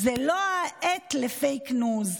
זו לא העת לפייק ניוז.